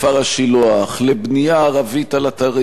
לבנייה ערבית על אתרים ארכיאולוגיים,